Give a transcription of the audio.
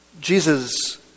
Jesus